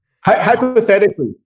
hypothetically